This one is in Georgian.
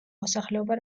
მოსახლეობა